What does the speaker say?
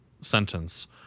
sentence